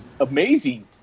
amazing